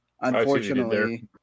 unfortunately